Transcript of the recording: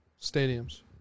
Stadiums